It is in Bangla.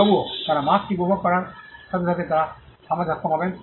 তবুও তারা মার্কটি উপভোগ করার সাথে সাথে তারা থামাতে সক্ষম হবেন